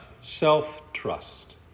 self-trust